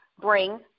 bring